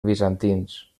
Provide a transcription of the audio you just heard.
bizantins